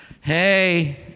Hey